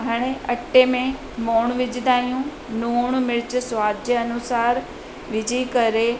हाणे अटे में मोण विझंदा आहियूं लुणु मिर्च स्वादु जे अनुसार विझी करे